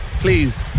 please